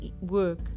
work